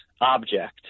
object